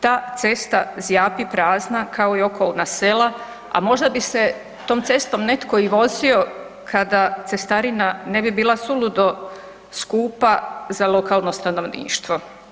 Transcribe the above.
Ta cesta zjapi prazna kao i okolna sela a možda bi setom cestom netko i vozio kada cestarina ne bi bila suludo skupa za lokalno stanovništvo.